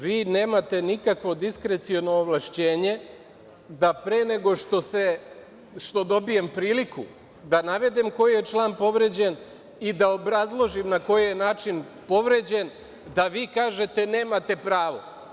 Vi nemate nikakvo diskreciono ovlašćenje da pre nego što dobijem priliku da navedem koji je član povređen i da obrazložim na koji je način povređen, da vi kažete – nemate pravo.